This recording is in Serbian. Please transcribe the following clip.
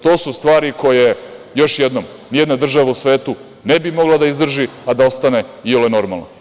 To su stvari koje, još jednom, ni jedna država u svetu ne bi mogla da izdrži, a da ostane iole normalna.